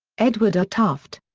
edward r. tufte.